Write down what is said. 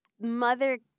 Mother